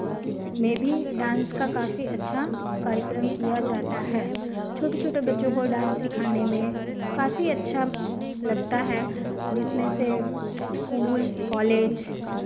में भी डांस का काफी अच्छा कार्यक्रम किया जाता है छोटे छोटे बच्चों को डांस सिखाने में काफी अच्छा लगता है जिसमें से स्कूल कॉलेज